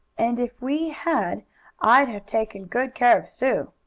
and if we had i'd have taken good care of sue,